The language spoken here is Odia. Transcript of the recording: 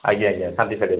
ଆଜ୍ଞା ଆଜ୍ଞା ଖାଲି ଶାଢ଼ୀ